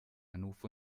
hannover